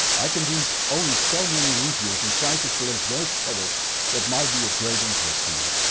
i can do only so many reviews and try to select those products that might be of great interest to you.